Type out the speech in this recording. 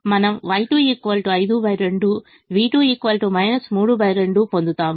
మనము Y2 52 v2 32 పొందుతాము